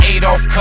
Adolf